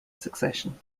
succession